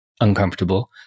uncomfortable